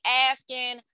asking